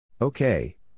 Okay